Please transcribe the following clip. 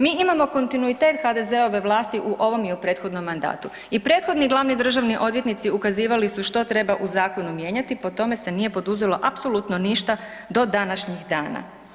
Mi imamo kontinuitet HDZ-ove vlasti u ovom i u prethodnom mandatu i prethodni glavni državni odvjetnici ukazivali su što treba u zakonu mijenjati i po tome se nije poduzelo apsolutno ništa do današnjih dana.